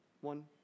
One